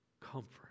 comfort